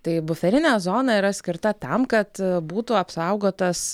tai buferinė zona yra skirta tam kad būtų apsaugotas